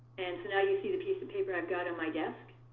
and so now you see the piece of paper i've got on my desk.